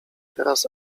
teraz